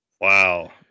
Wow